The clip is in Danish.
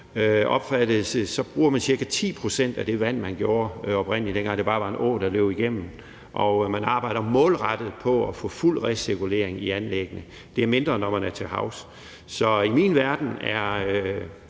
opfattet det, bruger man ca. 10 pct. af det vand, man oprindelig gjorde, dengang det bare var en å, der løb igennem. Og man arbejder målrettet på at få fuld recirkulering i anlæggene. Det er mindre, når man er til havs. Så i min verden er